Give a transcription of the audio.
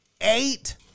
Eight